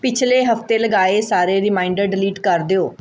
ਪਿਛਲੇ ਹਫਤੇ ਲਗਾਏ ਸਾਰੇ ਰੀਮਾਈਂਡਰ ਡਿਲੀਟ ਕਰ ਦਿਓ